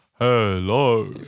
Hello